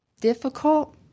difficult